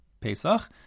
Pesach